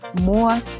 more